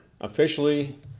Officially